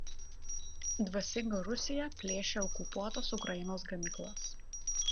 dvasinga rusija plėšia okupuotos ukrainos gamyklas